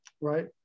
right